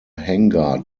hangar